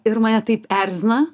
ir mane taip erzina